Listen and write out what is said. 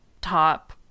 top